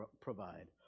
provide